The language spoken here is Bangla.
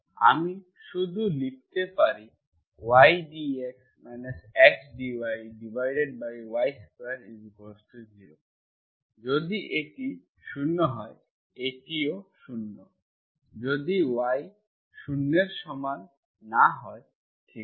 আমি শুধু লিখতে পারি y dx x dyy2 0 যদি এটি 0 হয় এটিও 0 যদি y 0 এর সমান না হয় ঠিক আছে